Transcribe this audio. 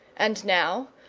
and now,